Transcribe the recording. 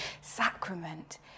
sacrament